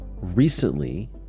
recently